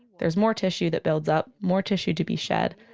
there's more tissue that builds up, more tissue to be shed,